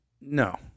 No